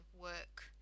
work